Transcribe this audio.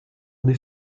des